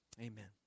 Amen